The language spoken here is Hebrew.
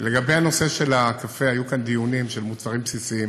לגבי נושא הקפה, היו כאן דיונים על מוצרים בסיסיים